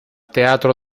teatro